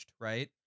right